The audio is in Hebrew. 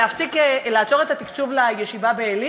לעצור את תקצוב הישיבה בעלי?